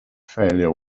failure